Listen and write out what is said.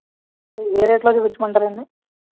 ఏ రేట్లో చూపించమంటారండి